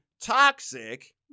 toxic